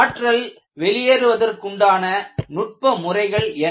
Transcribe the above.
ஆற்றல் வெளியேறுவதற்குண்டான நுட்ப முறைகள் என்ன